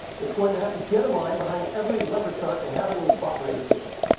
it's going to have to get in line behind every leopard shark inhabiting the spot where you're fishing.